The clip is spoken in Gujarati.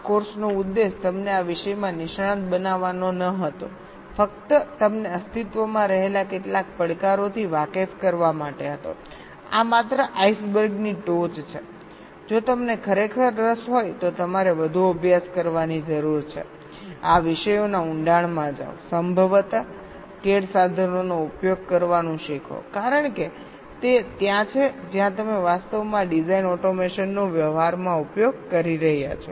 આ કોર્સનો ઉદ્દેશ તમને આ વિષયોમાં નિષ્ણાત બનાવવાનો ન હતો ફક્ત તમને અસ્તિત્વમાં રહેલા કેટલાક પડકારોથી વાકેફ કરવા માટે હતોઆ માત્ર આઇસબર્ગની ટોચ છે જો તમને ખરેખર રસ હોય તો તમારે વધુ અભ્યાસ કરવાની જરૂર છે આ વિષયોના ઉંડાણમાં જાવ સંભવત CAD સાધનોનો ઉપયોગ કરવાનું શીખો કારણ કે તે ત્યાં છે જ્યાં તમે વાસ્તવમાં આ ડિઝાઇન ઓટોમેશનનો વ્યવહારમાં ઉપયોગ કરી રહ્યા છો